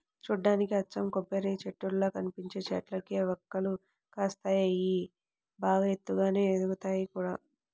చూడ్డానికి అచ్చం కొబ్బరిచెట్టుల్లా కనిపించే చెట్లకే వక్కలు కాస్తాయి, అయ్యి బాగా ఎత్తుగానే ఎదుగుతయ్ గూడా